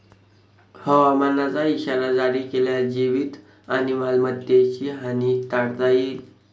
हवामानाचा इशारा जारी केल्यास जीवित आणि मालमत्तेची हानी टाळता येईल